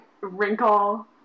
wrinkle